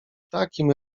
takim